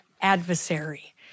adversary